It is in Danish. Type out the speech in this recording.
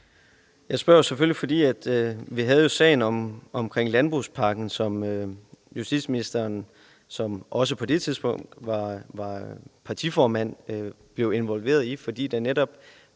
Jeg spørger selvfølgelig, fordi vi jo havde sagen med landbrugspakken, som justitsministeren, som også på det tidspunkt var partiformand, blev involveret i, fordi der netop